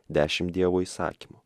dešim dievo įsakymų